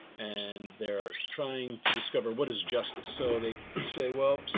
and they're trying to discover what is justice? so they say, well,